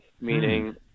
meaning